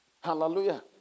Hallelujah